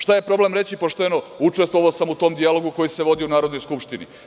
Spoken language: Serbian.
Šta je problem reći pošteno – učestvovao sam u tom dijalogu koji se vodio u Narodnoj skupštini?